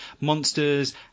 monsters